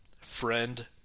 friend